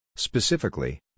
Specifically